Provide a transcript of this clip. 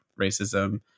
racism